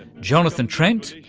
jonathan trent,